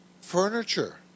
Furniture